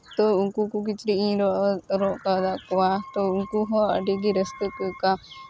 ᱛᱚ ᱩᱱᱠᱩ ᱠᱚᱜᱮ ᱪᱮᱫ ᱤᱧ ᱨᱚᱜ ᱠᱟᱫ ᱠᱚᱣᱟ ᱛᱚ ᱩᱱᱠᱩ ᱦᱚᱸ ᱟᱹᱰᱤ ᱜᱮ ᱨᱟᱹᱥᱠᱟᱹ ᱠᱚ ᱟᱹᱭᱠᱟᱹᱣᱟ